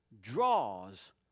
draws